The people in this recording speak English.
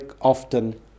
often